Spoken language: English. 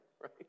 right